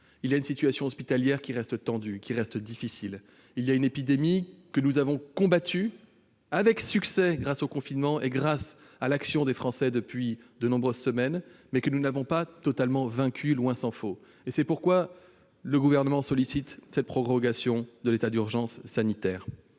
il y a une situation hospitalière qui reste tendue, difficile ; il y a une épidémie que nous avons combattue avec succès grâce au confinement et grâce à l'action des Français depuis de nombreuses semaines, mais que nous n'avons pas totalement vaincue, tant s'en faut. C'est pourquoi le Gouvernement sollicite la prorogation de l'état d'urgence sanitaire.